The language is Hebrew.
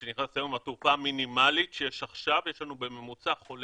תראו, רק בטיסה מסוימת מניו-יורק היו לי קרוב